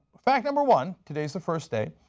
fact number one, today is the first day,